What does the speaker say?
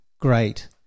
great